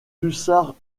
hussards